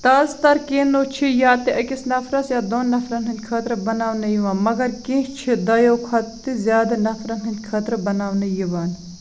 تازٕ تر کِنو چھِ یا تہِ أکِس نفرَس یا دۄن نفرَن ہٕنٛدۍ خٲطرٕ بَناونہٕ یِوان مَگر کیٚنٛہہ چھِ دۄیَو کھۄتہٕ تہِ زیادٕ نفرَن ہٕنٛدۍ خٲطرٕ بَناونہٕ یِوان